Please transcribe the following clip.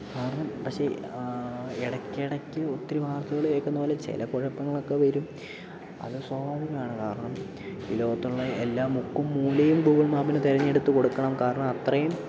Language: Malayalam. കാരണം പക്ഷേ ഇടയ്ക്ക് ഇടയ്ക്ക് ഒത്തിരി വാർത്തകൾ കേൾക്കുന്നത് പോലെ ചില കുഴപ്പങ്ങളൊക്കെ വരും അത് സ്വാഭാവികം ആണ് കാരണം ഈ ലോകത്തുള്ള എല്ലാ മുക്കും മൂലയും ഗൂഗിൾ മാപ്പിന് തെരഞ്ഞെടുത്ത് കൊടുക്കണം കാരണം അത്രയും